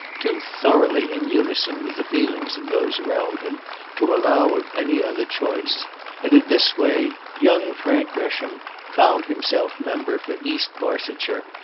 too thoroughly in unison with the feelings of those around him to allow of any other choice and in this way young frank gresham found himself member for east barsetshire,